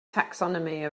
taxonomy